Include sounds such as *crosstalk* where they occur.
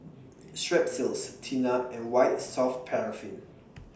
Strepsils Tena and White Soft Paraffin *noise*